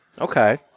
Okay